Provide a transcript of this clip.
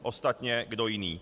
Ostatně kdo jiný.